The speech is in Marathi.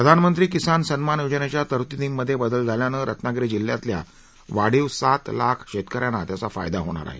प्रधानमंत्री किसान सन्मान योजनेच्या तरतुदींमध्ये बदल झाल्यानं रत्नागिरी जिल्ह्यातल्या वाढीव सात लाख शेतकऱ्यांना त्याचा फायदा होणार आहे